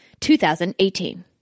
2018